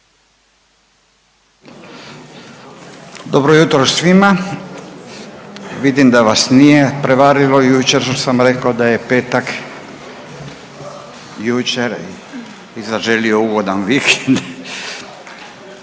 Dobro jutro svima! Vidim da vas nije prevarilo jučer što sam rekao da je petak, jučer i zaželio ugodan vikend,